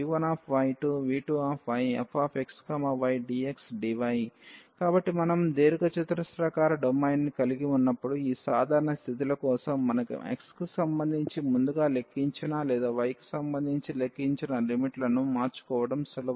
∬DfxydAcdv1v2fxydxdy కాబట్టి మనం దీర్ఘచతురస్రాకార డొమైన్ కలిగి ఉన్నప్పుడు ఈ సాధారణ స్థితుల కోసం మనం x కి సంబంధించి ముందుగా లెక్కించినా లేదా y కి సంబంధించి లెక్కించిన లిమిట్లను మార్చుకోవడం చాలా సులభం